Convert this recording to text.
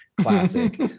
classic